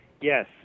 Yes